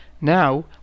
Now